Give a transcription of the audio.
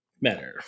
matter